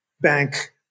bank